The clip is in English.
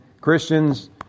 Christians